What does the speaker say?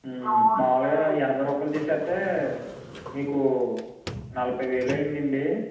మామూలుగా ఎనభై రూపాయలు చేసి ఇస్తే మీకు నలభై వేలు అయ్యిందండీ